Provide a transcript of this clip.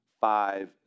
five